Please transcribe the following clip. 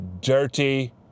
dirty